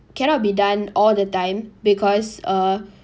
cannot be done all the time because uh